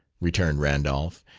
returned randolph,